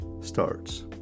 starts